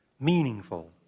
meaningful